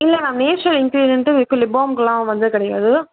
இல்லை ma'am natural இன்க்ரீடியன்ட்டும் இப்போ லிப்பாம்க்கெலாம் வந்து கிடையாது